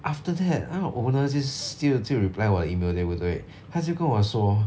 after that 那个 owner s~ 就就 reply 我的 email 对不对他就跟我说